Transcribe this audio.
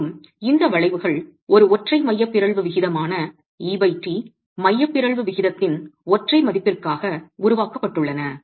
மேலும் இந்த வளைவுகள் ஒரு ஒற்றை மைய பிறழ்வு விகிதமான et மைய பிறழ்வு விகிதத்தின் ஒற்றை மதிப்பிற்காக உருவாக்கப்பட்டுள்ளன